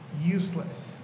useless